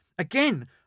Again